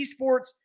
esports